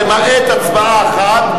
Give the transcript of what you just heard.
למעט הצבעה אחת,